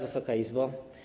Wysoka Izbo!